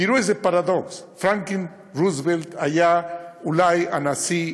תראו איזה פרדוקס: פרנקלין רוזוולט היה אולי הנשיא,